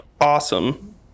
awesome